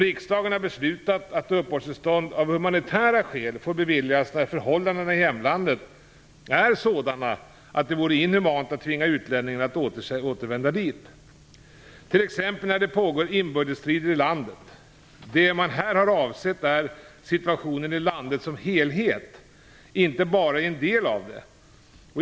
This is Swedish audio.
Riksdagen har beslutat att uppehållstillstånd av humanitära skäl får beviljas när förhållandena i hemlandet är sådana att det vore inhumant att tvinga utlänningen att återvända dit, t.ex. när det pågår inbördesstrider i landet. Det man här har avsett är situationen i landet som helhet, inte bara i en del av det.